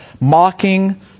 mocking